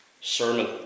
sermon